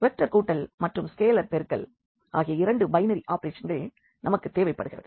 vector கூட்டல் மற்றும் scalar பெருக்கல் ஆகிய இரண்டு பைனரி ஆபரேஷன்கள் நமக்கு தேவைப்படுகிறது